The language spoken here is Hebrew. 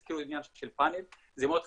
הזכירו את העניין של פאנלים, זה מאוד חשוב,